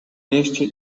mieście